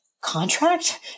contract